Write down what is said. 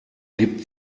gibt